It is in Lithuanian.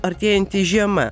artėjanti žiema